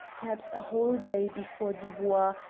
perhaps a whole day, before dubois,